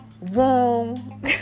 Wrong